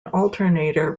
alternator